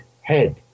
head